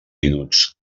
minuts